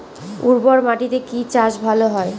উর্বর মাটিতে কি চাষ ভালো হয়?